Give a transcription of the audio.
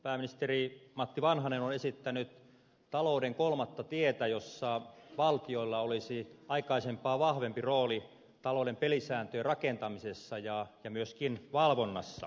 pääministeri matti vanhanen on esittänyt talouden kolmatta tietä jossa valtioilla olisi aikaisempaa vahvempi rooli talouden pelisääntöjen rakentamisessa ja myöskin valvonnassa